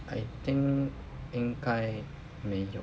I think 应该没有